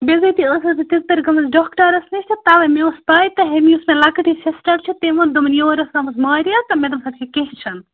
بِضٲتی أسٕس بہٕ گٔمٕژ ڈاکٹرَس نِش تہٕ تَوے مےٚ ٲسۍ پاے تہٕ ہمۍ یُس مےٚ لَکٕٹۍ ہِش سِسٹَر چھِ تٔمۍ ووٚن دوٚپُن یور ٲسۍ آمٕژ ماریا تہٕ مےٚ دۄپمَس کیٚنٛہہ چھُنہٕ